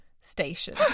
station